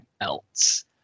else